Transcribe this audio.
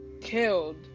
killed